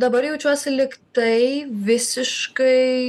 dabar jaučiuosi lyg tai visiškai